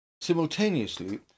Simultaneously